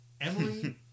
Emily